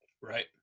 Right